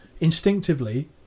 instinctively